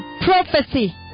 prophecy